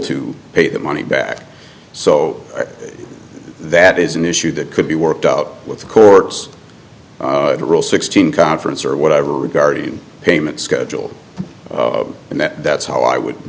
to pay that money back so that is an issue that could be worked out with the courts rule sixteen conference or whatever regarding payment schedule and that that's how i would